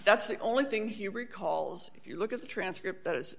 that's the only thing he recalls if you look at the transcript th